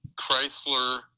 Chrysler